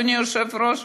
אדוני היושב-ראש?